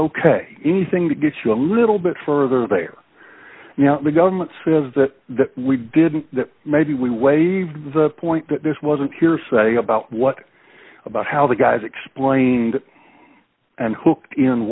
ok anything that gets you a little bit further there you know the government says that we did that maybe we waived the point that this wasn't hearsay about what about how the guys explained and